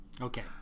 okay